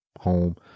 home